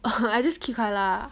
I just keep quiet lah